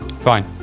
Fine